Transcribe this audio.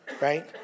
right